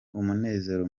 umunezero